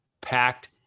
packed